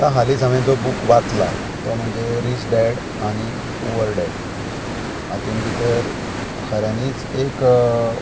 आतां हालींच हांवें जो बूक वाचला तो म्हणजे रिच डॅड आनी पुवर डॅड हातूंत भितर खऱ्यांनीच एक